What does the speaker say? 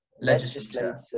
legislature